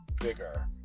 bigger